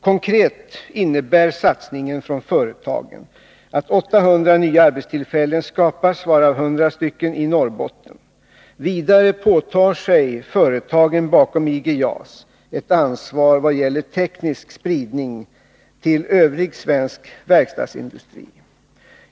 Konkret innebär satsningen från företagen att 800 nya arbetstillfällen skapas, varav 100 i Norrbotten. Vidare påtar sig företagen bakom IG JAS ett ansvar vad gäller teknisk spridning till övrig svensk verkstadsindustri.